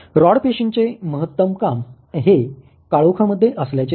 rod पेशींचे महत्तम काम हे काळोखामध्ये असल्याचे दिसते